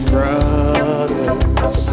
Brothers